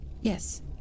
Yes